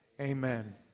Amen